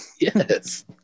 Yes